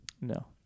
No